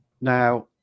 Now